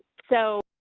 so,